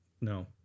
No